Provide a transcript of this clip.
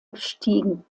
gestiegen